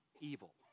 evil